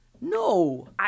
No